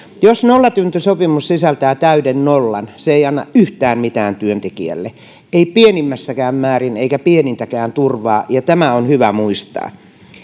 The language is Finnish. jos nollatuntisopimus sisältää täyden nollan se ei anna yhtään mitään työntekijälle ei pienimmässäkään määrin eikä pienintäkään turvaa ja tämä on hyvä muistaa